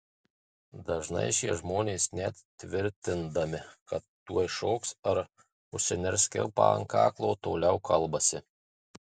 dažnai šie žmonės net tvirtindami kad tuoj šoks ar užsiners kilpą ant kaklo toliau kalbasi